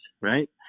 right